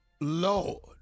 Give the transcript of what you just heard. Lord